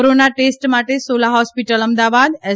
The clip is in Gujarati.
કોરોના ટેસ્ટ માટે સોલા હોસ્પિટલ અમદાવાદ એસ